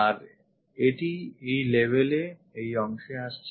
আর এটি এই level এ এই অংশে আসছে